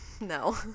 No